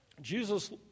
Jesus